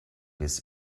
biss